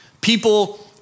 People